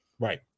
Right